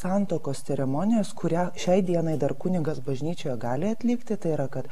santuokos ceremonijos kurią šiai dienai dar kunigas bažnyčioje gali atlikti tai yra kad